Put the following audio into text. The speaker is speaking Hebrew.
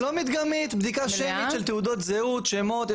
לא מדגמית, בדיקה שמית של תעודות זהות, שמות.